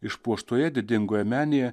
išpuoštoje didingoje menėje